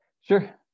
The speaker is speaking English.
Sure